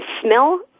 smell